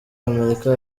amerika